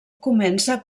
comença